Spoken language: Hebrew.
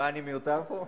עצרתי את השעון.